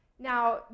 Now